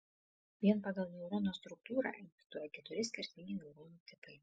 vien pagal neurono struktūrą egzistuoja keturi skirtingi neuronų tipai